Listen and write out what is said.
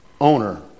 Owner